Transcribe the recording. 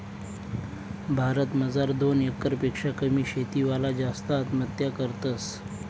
भारत मजार दोन एकर पेक्शा कमी शेती वाला जास्त आत्महत्या करतस